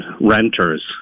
renters